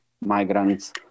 migrants